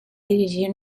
dirigir